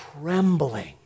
trembling